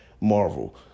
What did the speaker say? Marvel